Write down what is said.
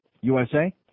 USA